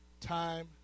time